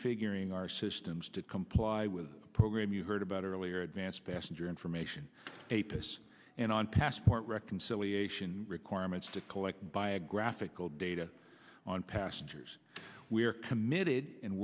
figuring our systems to comply with the program you heard about earlier advance passenger information a pass and on passport reconciliation requirements to collect biographical data on passengers we are committed and